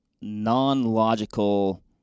non-logical